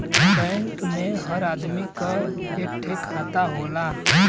bank मे हर आदमी क एक ठे खाता होला